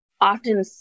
often